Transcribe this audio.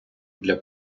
для